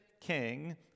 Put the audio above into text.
king